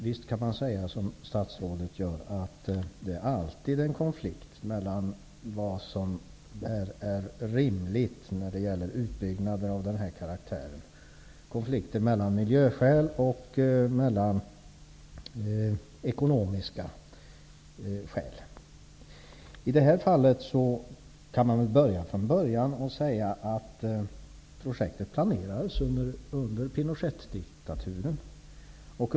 Visst kan man säga som statsrådet gör, att det alltid är en konflikt när det gäller vad som är rimligt vid utbyggnader av den här karaktären, konflikter av miljömässig och ekonomisk natur. För att börja från början så planerades projektet under Pinochetdiktaturens regim.